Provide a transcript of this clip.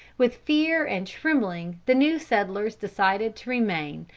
with fear and trembling the new settlers decided to remain,